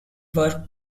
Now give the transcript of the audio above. were